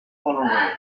colorway